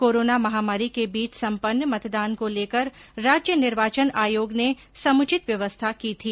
corona महामारी के बीच संपन्न मतदान को लेकर राज्य निर्वाचन आयोग ने समुचित व्यवस्था की थी